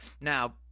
Now